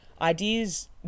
ideas